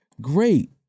great